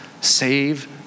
save